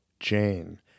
Jane